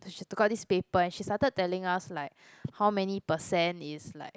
so she took out this paper and she started telling us like how many percent is like